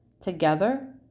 Together